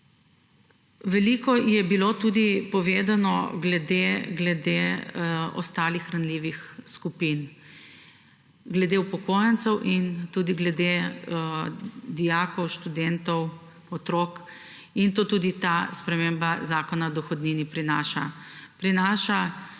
Veliko je bilo povedano tudi glede ostalih ranljivih skupin, glede upokojencev in tudi glede dijakov, študentov, otrok in to tudi ta sprememba Zakona o dohodnini prinaša.